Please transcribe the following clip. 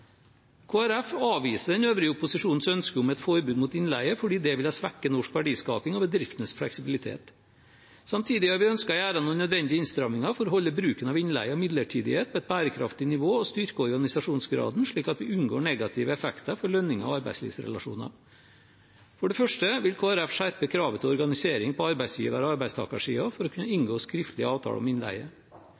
Folkeparti avviser den øvrige opposisjonens ønske om et forbud mot innleie, fordi det ville svekke norsk verdiskaping og bedriftenes fleksibilitet. Samtidig har vi ønsket å gjøre noen nødvendig innstramminger for å holde bruken av innleie og midlertidighet på et bærekraftig nivå og styrke organisasjonsgraden, slik at vi unngår negative effekter for lønninger og arbeidslivsrelasjoner. For det første vil Kristelig Folkeparti skjerpe kravet til organisering på arbeidsgiver- og arbeidstakersiden for å kunne inngå skriftlig avtale om innleie.